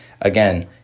Again